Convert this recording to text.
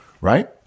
Right